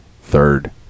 third